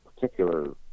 particular